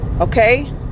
Okay